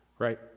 right